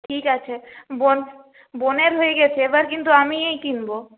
ঠিক আছে বোন বোনের হয়ে গেছে এবার কিন্তু আমিই কিনবো